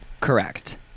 Correct